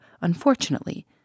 unfortunately